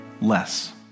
less